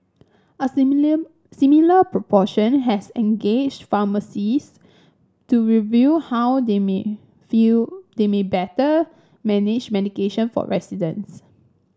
a similar similar proportion has engaged pharmacist to review how they may feel they may better manage medication for residents